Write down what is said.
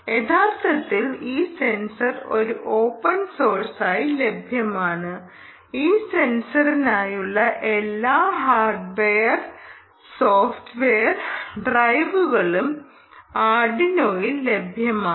യഥാർത്ഥത്തിൽ ഈ സെൻസർ ഒരു ഓപ്പൺ സോഴ്സായി ലഭ്യമാണ് ഈ സെൻസറിനായുള്ള എല്ലാ ഹാർഡ്വെയർ സോഫ്റ്റ്വെയർ ഡ്രൈവറുകളും ആർഡിനോയിൽ ലഭ്യമാണ്